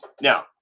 Now